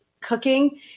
cooking